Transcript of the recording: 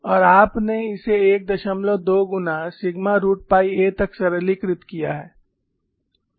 और आपने इसे 12 गुना सिग्मा रूट पाई a तक सरलीकृत किया है